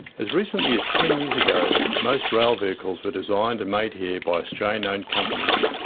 as recently as ten years ago, most rail vehicles were designed and made here by australian owned companies.